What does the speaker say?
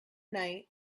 night